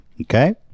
Okay